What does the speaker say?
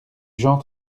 jean